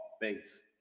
base